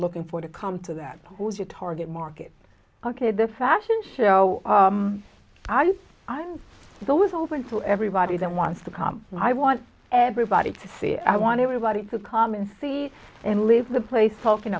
looking for to come to that who's your target market ok the fashion show i guess i'm always open to everybody that wants to come and i want everybody to see i want everybody to come and see and leave the place talking